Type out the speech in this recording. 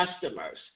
customers